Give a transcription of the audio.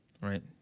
Right